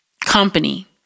company